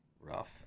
Rough